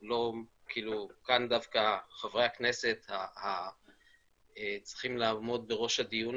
כאן דווקא חברי הכנסת צריכים לעמוד בראש הדיון.